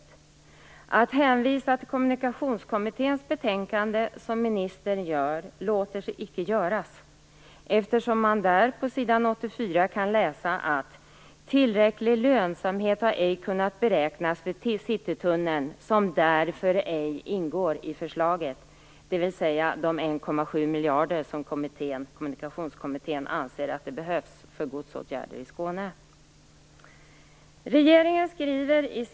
Att som ministern hänvisa till Kommunikationskommitténs betänkande låter sig inte göras eftersom man i detta på s. 84 kan läsa: Tillräcklig lönsamhet har ej kunnat beräknas för Citytunneln, som därför ej ingår i förslaget. Det handlar alltså om de 1,7 miljarder som Kommunikationskommittén anser behövas för godsåtgärder i Skåne.